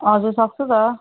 हजुर सक्छु त